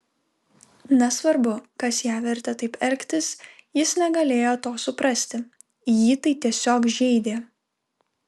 nesvarbu kas ją vertė taip elgtis jis negalėjo to suprasti jį tai tiesiog žeidė